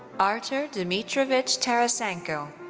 artur dmitrievich tarasenko.